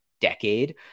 decade